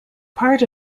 part